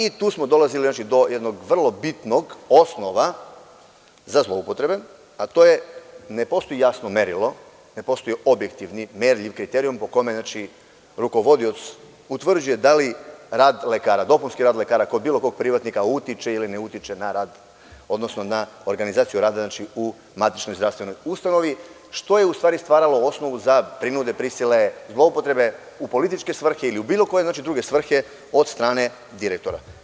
I tu smo dolazili do jednog vrlo bitnog osnova za zloupotrebe, a to je da ne postoji jasno merilo, ne postoji objektivni merljiv kriterijum po kome rukovodilac utvrđuje da li dopunski rad lekara kod bilo kog privatnika utiče ili ne utiče na rad, odnosno na organizaciju rada u matičnoj zdravstvenoj ustanovi, što je stvaralo osnovu za prinude, prisile, zloupotrebe u političke svrhe ili bilo koje druge svrhe od strane direktora.